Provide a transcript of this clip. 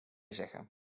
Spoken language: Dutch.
zeggen